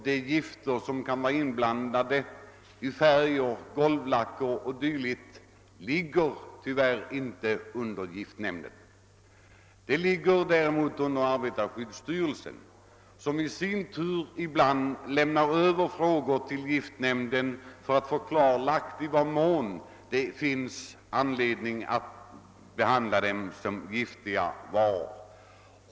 De gifter som kan vara inblandade i färg och golvlacker m.m. ligger tyvärr inte under giftnämnden utan under arbetarskyddsstyrelsen, som dock ibland lämnar över frågor till giftnämnden för att få klarlagt i vad mån det finns anledning att behandla preparaten som giftiga varor.